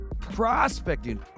prospecting